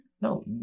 No